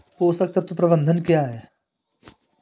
पोषक तत्व प्रबंधन क्या है?